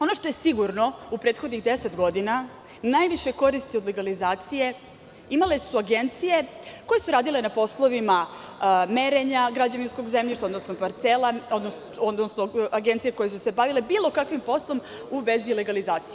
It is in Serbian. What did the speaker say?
Ono što je sigurno, u prethodnih 10 godina najviše koristi od legalizacije imale su agencije koje su radile na poslovima merenja građevinskog zemljišta, odnosno parcela, odnosno agencije koje su se bavile bilo kakvim poslom u vezi legalizacije.